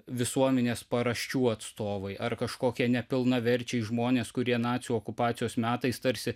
visuomenės paraščių atstovui ar kažkokie nepilnaverčiai žmonės kurie nacių okupacijos metais tarsi